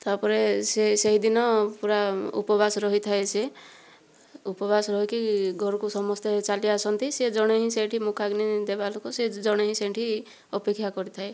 ତା ପରେ ସିଏ ସେଇ ଦିନ ପୂରା ଉପବାସ ରହିଥାଏ ସିଏ ଉପବାସ ରହିକି ଘରକୁ ସମସ୍ତେ ଚାଲି ଆସନ୍ତି ସେ ଜଣେ ହିଁ ସେଇଠି ମୁଖାଗ୍ନି ଦେବା ଲୋକ ସେ ଜଣେ ହିଁ ସେଇଠି ଅପେକ୍ଷା କରିଥାଏ